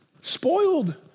Spoiled